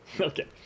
okay